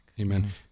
Amen